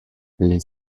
les